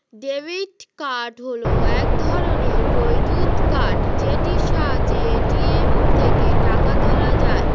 debit card হল এক ধরণের বৈদ্যুতিক কার্ড যেটির সাহায্যে এ.টি.এম থেকে টাকা তোলা যায়